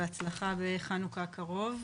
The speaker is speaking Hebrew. בהצלחה בחנוכה הקרוב.